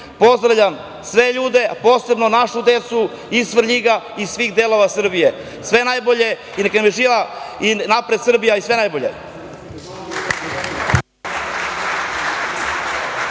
pozdravljam sve ljude, a posebno našu decu iz Svrljiga, iz svih delova Srbije. Sve najbolje i neka nam je živa i napred Srbija! Sve najbolje.